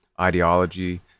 ideology